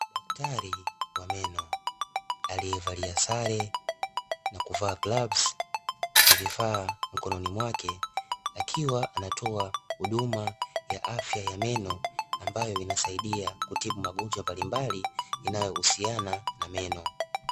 Daktari wa meno, aliyevalia sare na kuvaa glavu na vifaa mkononi mwake, akiwa anatoa huduma ya afya ya meno ambayo inasaidia kutibu magonjwa mbalimbali yanayohusiana na meno.